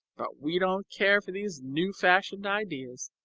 but we don't care for these new-fashioned ideas.